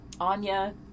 Anya